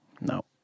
No